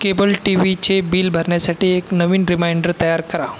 cable टीव्हीचे bill भरण्यासाठी एक नवीन रिमाइंडर तयार करा